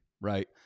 right